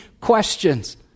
questions